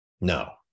No